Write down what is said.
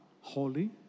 holy